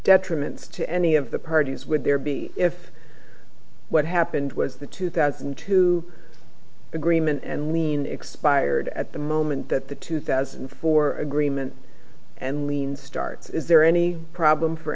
detriment to any of the parties would there be if what happened was the two thousand and two agreement and lien expired at the moment that the two thousand and four agreement and lien starts is there any problem for